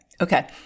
Okay